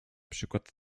przykład